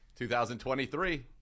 2023